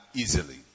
easily